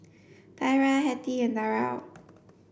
Tyra Hetty and Darell